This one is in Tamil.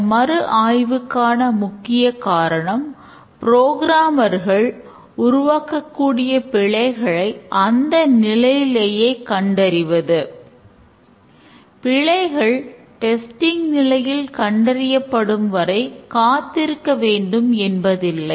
இந்த மறு ஆய்வுக்கான முக்கிய காரணம் புரோகிராமர்கள் நிலையில் கண்டறியப்படும் வரை காத்திருக்க வேண்டும் என்பதில்லை